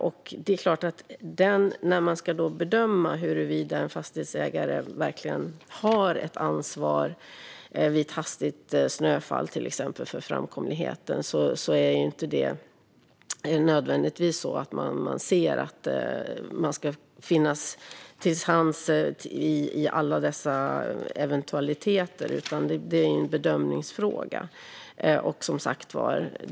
Vid en bedömning av huruvida en fastighetsägare verkligen har ett ansvar för framkomligheten vid ett hastigt snöfall är det inte nödvändigtvis så att man ska finnas till hands i alla dessa eventualiteter. Det är en bedömningsfråga.